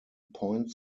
point